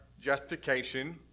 justification